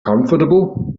comfortable